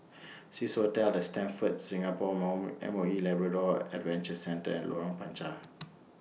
Swissotel The Stamford Singapore More M O E Labrador Adventure Centre and Lorong Panchar